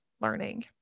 learning